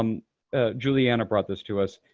um ah juliana brought this to us.